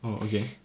oh okay